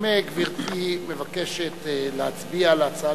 האם גברתי מבקשת להצביע על ההצעה